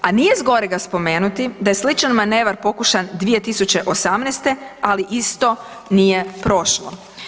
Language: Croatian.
A nije zgorega spomenuti da je sličan manevar pokušan 2018., ali isto nije prošlo.